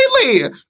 Completely